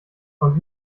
und